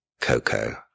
Coco